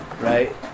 right